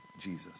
Jesus